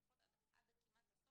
לפחות עד הסוף כמעט?